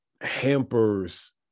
hampers